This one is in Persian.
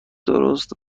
درست